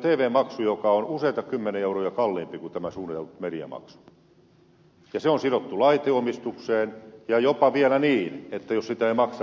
tv maksu joka on useita kymmeniä euroja kalliimpi kuin tämä suunniteltu mediamaksu ja se on sidottu laiteomistukseen ja jopa vielä niin että jos sitä ei maksa laite haetaan valtiolle